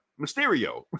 Mysterio